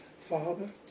Father